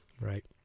Right